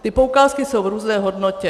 Ty poukázky jsou v různé hodnotě.